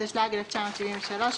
התשל"ג-1973,